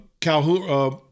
Calhoun